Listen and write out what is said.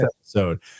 episode